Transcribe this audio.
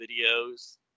videos